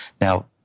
Now